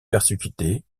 persécutés